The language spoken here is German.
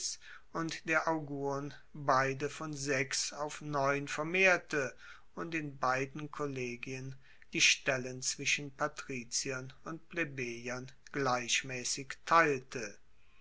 und der augurn beide von sechs auf neun vermehrte und in beiden kollegien die stellen zwischen patriziern und plebejern gleichmaessig teilte